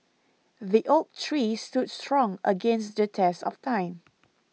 the oak tree stood strong against the test of time